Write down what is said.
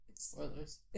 Spoilers